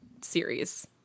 series